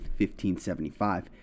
1575